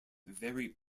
very